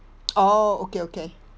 orh okay okay